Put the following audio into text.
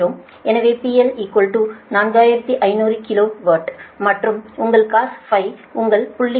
எனவே PL 4500 kilo watt மற்றும் உங்கள் cos உங்கள்0